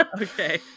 okay